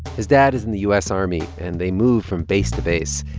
his dad is in the u s. army, and they move from base to base.